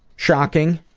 shocking,